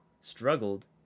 struggled